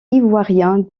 ivoirien